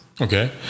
Okay